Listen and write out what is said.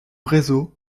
réseau